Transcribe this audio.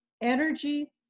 energy